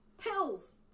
Pills